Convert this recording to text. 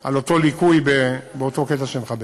על אותו ליקוי באותו קטע שמחבר.